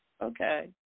Okay